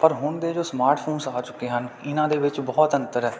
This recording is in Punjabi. ਪਰ ਹੁਣ ਦੇ ਜੋ ਸਮਾਰਟਫੋਨ ਆ ਚੁੱਕੇ ਹਨ ਇਹਨਾਂ ਦੇ ਵਿੱਚ ਬਹੁਤ ਅੰਤਰ ਹੈ